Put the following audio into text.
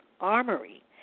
Armory